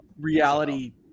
reality